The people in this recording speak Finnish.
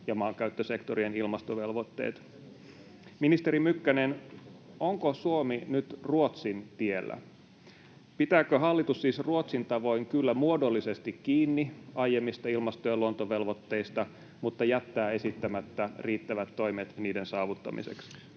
ja maankäyttösektorien ilmastovelvoitteet. Ministeri Mykkänen, onko Suomi nyt Ruotsin tiellä? [Sheikki Laakso: On, monessakin asiassa!] Pitääkö hallitus siis Ruotsin tavoin kyllä muodollisesti kiinni aiemmista ilmasto- ja luontovelvoitteista mutta jättää esittämättä riittävät toimet niiden saavuttamiseksi?